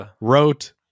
wrote